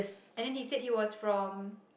and then he said he was from